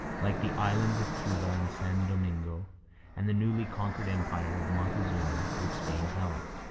like the islands of cuba and san domingo and the newly conquered empire of montezuma, which spain held.